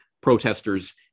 protesters